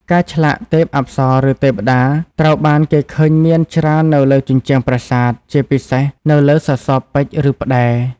ការឆ្លាក់ ទេពអប្សរ ឬ ទេវតា ត្រូវបានគេឃើញមានច្រើននៅលើជញ្ជាំងប្រាសាទ ជាពិសេសនៅលើសសរពេជ្រ ឬផ្តែរ។